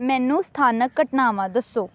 ਮੈਨੂੰ ਸਥਾਨਕ ਘਟਨਾਵਾਂ ਦੱਸੋ